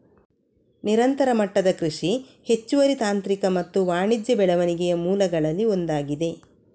ನಿರಂತರ ಮಟ್ಟದ ಕೃಷಿ ಹೆಚ್ಚುವರಿ ತಾಂತ್ರಿಕ ಮತ್ತು ವಾಣಿಜ್ಯ ಬೆಳವಣಿಗೆಯ ಮೂಲಗಳಲ್ಲಿ ಒಂದಾಗಿದೆ